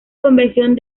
convención